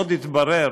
עוד התברר